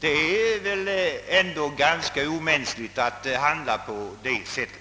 Det är väl ändå ganska omänskligt att handla på det sättet?